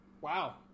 Wow